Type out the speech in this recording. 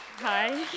Hi